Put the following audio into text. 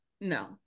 No